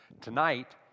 tonight